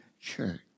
church